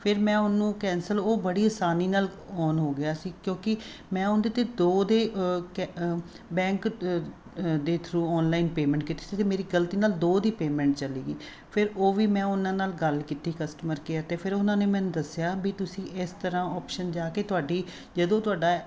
ਫਿਰ ਮੈਂ ਉਹਨੂੰ ਕੈਂਸਲ ਉਹ ਬੜੀ ਆਸਾਨੀ ਨਾਲ ਔਨ ਹੋ ਗਿਆ ਸੀ ਕਿਉਂਕਿ ਮੈਂ ਉਹਦੇ 'ਤੇ ਦੋ ਦੇ ਬੈਂਕ ਦੇ ਥਰੂ ਓਨਲਾਈਨ ਪੇਮੈਂਟ ਕੀਤੀ ਸੀ ਅਤੇ ਮੇਰੀ ਗਲਤੀ ਨਾਲ ਦੋ ਦੀ ਪੇਮੈਂਟ ਚਲੀ ਗਈ ਫਿਰ ਉਹ ਵੀ ਮੈਂ ਉਹਨਾਂ ਨਾਲ ਗੱਲ ਕੀਤੀ ਕਸਟਮਰ ਕੇਅਰ 'ਤੇ ਫਿਰ ਉਹਨਾਂ ਨੇ ਮੈਨੂੰ ਦੱਸਿਆ ਵੀ ਤੁਸੀਂ ਇਸ ਤਰ੍ਹਾਂ ਓਪਸ਼ਨ ਜਾ ਕੇ ਤੁਹਾਡੀ ਜਦੋਂ ਤੁਹਾਡਾ